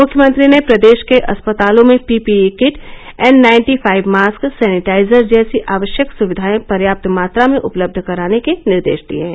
मुख्यमंत्री ने प्रदेश के अस्पतालों में PPE kit N ninety five mask sanitiser जैसी आवश्यक सुविधाएं पर्याप्त मात्रा में उपलब्ध कराने के निर्देश दिए हैं